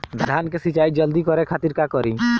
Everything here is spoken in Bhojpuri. धान के सिंचाई जल्दी करे खातिर का करी?